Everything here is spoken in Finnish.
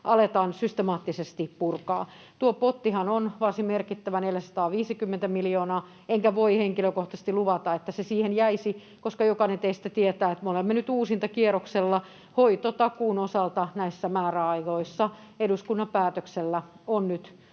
aletaan systemaattisesti purkaa. Tuo pottihan on varsin merkittävä, 450 miljoonaa, enkä voi henkilökohtaisesti luvata, että se siihen jäisi, koska jokainen teistä tietää, että me olemme nyt uusintakierroksella hoitotakuun osalta näissä määräajoissa. Eduskunnan päätöksellä on nyt